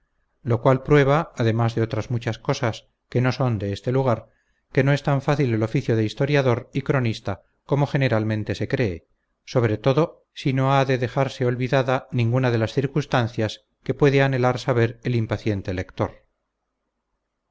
lo cual prueba además de otras muchas cosas que no son de este lugar que no es tan fácil el oficio de historiador y cronista como generalmente se cree sobre todo si no ha de dejarse olvidada ninguna de las circunstancias que puede anhelar saber el impaciente lector